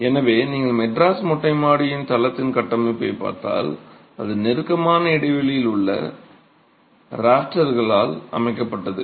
எனவே நீங்கள் மெட்ராஸ் மொட்டை மாடியின் தளத்தின் கட்டமைப்பைப் பார்த்தால் அது நெருக்கமான இடைவெளியில் உள்ள ராஃப்டர்களால் அமைக்கப்பட்டுள்ளது